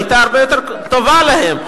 היתה הרבה יותר טובה להם,